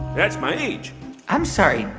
that's my age i'm sorry.